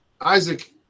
Isaac